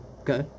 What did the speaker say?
Okay